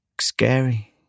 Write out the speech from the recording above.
scary